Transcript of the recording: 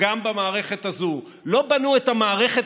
גם במערכת הזאת לא בנו את המערכת